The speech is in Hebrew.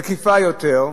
מקיפה יותר,